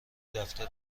دفتر